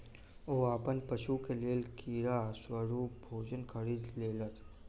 ओ अपन पशु के लेल कीड़ा स्वरूप भोजन खरीद लेलैत